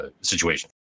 situation